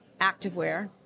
activewear